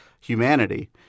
humanity